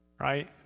Right